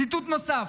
ציטוט נוסף: